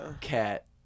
cat